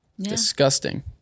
Disgusting